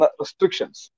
restrictions